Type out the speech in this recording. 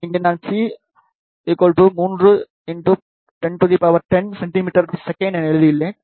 இங்கே நான் c 3 1010 cm s என்று எழுதியுள்ளேன்